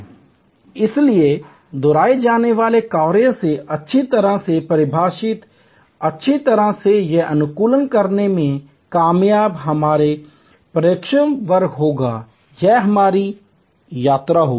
इसलिए दोहराए जाने वाले कार्यों से अच्छी तरह से परिभाषित अच्छी तरह से यह अनुकूलन करने में कामयाब हमारे प्रक्षेपवक्र होगा यह हमारी यात्रा होगी